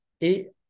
et